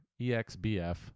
exbf